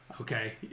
Okay